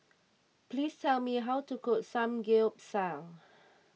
please tell me how to cook Samgeyopsal